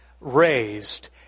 raised